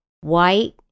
white